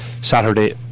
Saturday